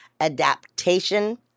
adaptation